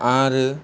आरो